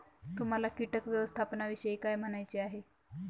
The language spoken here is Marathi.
तुम्हाला किटक व्यवस्थापनाविषयी काय म्हणायचे आहे?